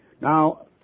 Now